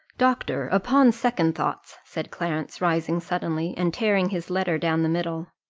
doctor, upon second thoughts, said clarence, rising suddenly, and tearing his letter down the middle,